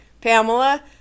Pamela